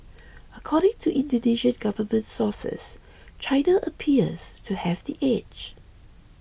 according to Indonesian government sources China appears to have the edge